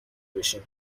بشیم